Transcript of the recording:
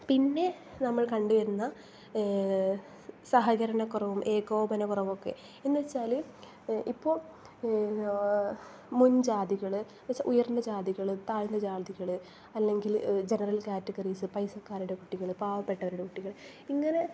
പിന്നെ നമ്മൾ കണ്ടു വരുന്ന സഹകരണക്കുറവും ഏകോപന കുറവുമൊക്കെ എന്ന് വച്ചാൽ ഇപ്പോൾ മുൻ ജാതികൾ എന്നു വച്ചാൽ ഉയർന്ന ജാതികൾ താഴ്ന്ന ജാതികൾ അല്ലെങ്കിൽ ജനൽ കാറ്റഗറീസ് പൈസക്കാരുടെ കുട്ടികൾ പാവപ്പെട്ടവരുടെ കുട്ടികൾ ഇങ്ങനെ